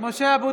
(קוראת בשמות חברי הכנסת) משה אבוטבול,